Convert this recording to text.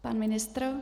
Pan ministr.